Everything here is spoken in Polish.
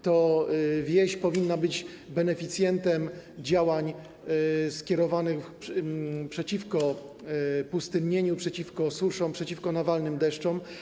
To wieś powinna być beneficjentem działań skierowanych przeciwko pustynnieniu, przeciwko suszom, przeciwko nawalnym deszczom.